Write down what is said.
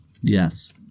Yes